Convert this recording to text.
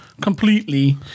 completely